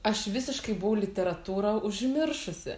aš visiškai buvau literatūrą užmiršusi